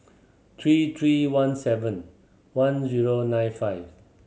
three three one seven one zero nine five